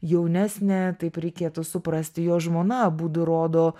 jaunesnė taip reikėtų suprasti jo žmona abudu rodo